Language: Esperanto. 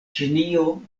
ĉinio